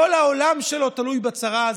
כל העולם שלו תלוי בצרה הזאת.